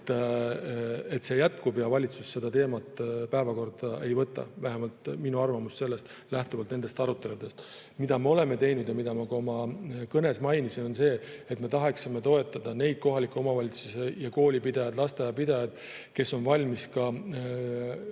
et see jätkub ja valitsus seda teemat päevakorda ei võta. Vähemalt on see minu arvamus lähtuvalt nendest aruteludest. Mida me oleme teinud ja mida ma ka oma kõnes mainisin, on see, et me tahaksime toetada neid kohalikke omavalitsusi ja koolipidajaid‑lasteaiapidajaid, kes on valmis oma